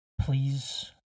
Please